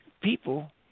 people